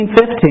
15